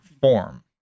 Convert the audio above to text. form